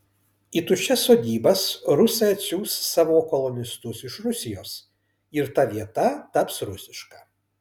į tuščias sodybas rusai atsiųs savo kolonistus iš rusijos ir ta vieta taps rusiška